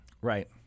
Right